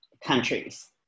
countries